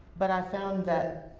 but i found that,